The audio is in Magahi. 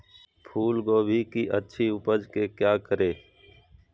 फूलगोभी की अच्छी उपज के क्या करे?